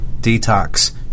detox